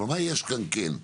אבל, מה יש כאן כן?